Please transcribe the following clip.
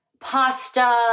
pasta